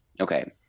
Okay